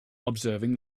observing